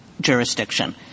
jurisdiction